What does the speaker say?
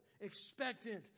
expectant